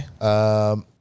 okay